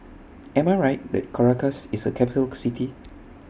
Am I Right that Caracas IS A Capital City